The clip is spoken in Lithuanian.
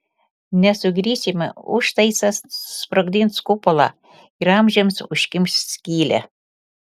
nesugrįšime užtaisas susprogdins kupolą ir amžiams užkimš skylę